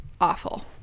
awful